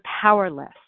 powerless